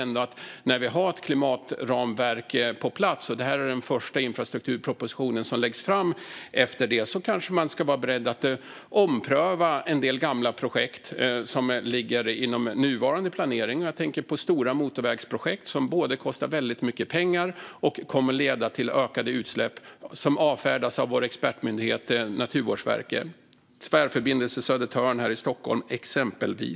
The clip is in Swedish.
Men när vi har ett klimatramverk på plats och detta är den första infrastrukturproposition som läggs fram efter det kanske man ändå ska vara beredd att ompröva en del gamla projekt som ligger inom nuvarande planering. Jag tänker på stora motorvägsprojekt som kostar väldigt mycket pengar och som kommer att leda till ökade utsläpp och som avfärdas av vår expertmyndighet Naturvårdsverket. Ett exempel här i Stockholm är Tvärförbindelse Södertörn.